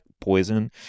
poison